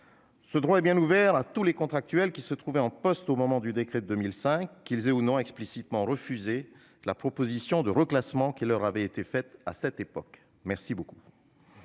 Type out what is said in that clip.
Ce droit est bien ouvert à tous les contractuels qui se trouvaient en poste au moment du décret de 2005, qu'ils aient ou non explicitement refusé la proposition de reclassement qui leur avait été faite à cette époque. Je vous